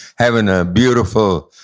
having a beautiful,